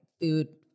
Food